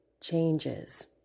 changes